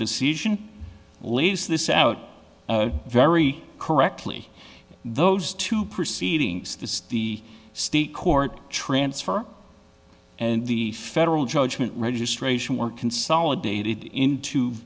decision lays this out very correctly those two proceedings the the state court transfer and the federal judgment registration were consolidated into